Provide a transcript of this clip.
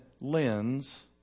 lens